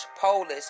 Polish